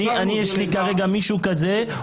יש לי כרגע מישהו כזה,